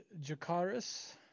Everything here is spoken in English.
Jakaris